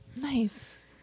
Nice